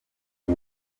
uwo